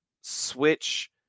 switch